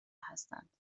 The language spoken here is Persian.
هستند